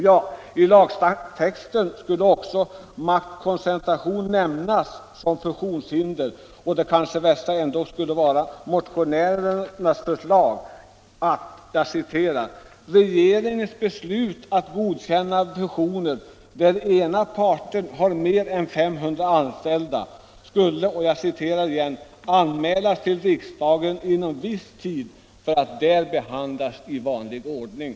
Ja, i lagtexten skulle också maktkoncentration nämnas som fusionshinder, och det allra värsta skulle kanske vara motionärernas förslag att ”regeringens beslut att godkänna fusioner där ena parten har mer än 500 anställda” skulle ”anmälas till riksdagen inom viss tid för att där behandlas i vanlig ordning”.